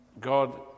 God